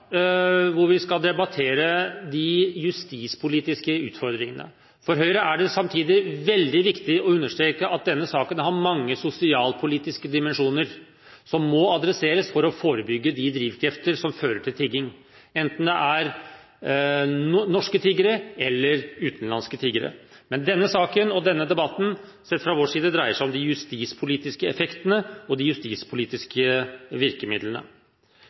hvor vi skal debattere de justispolitiske utfordringene. For Høyre er det samtidig veldig viktig å understreke at denne saken har mange sosialpolitiske dimensjoner, som må adresseres for å forebygge de drivkrefter som fører til tigging, enten det er norske eller utenlandske tiggere. Denne saken og denne debatten dreier seg om, sett fra vår side, de justispolitiske effektene og de justispolitiske virkemidlene.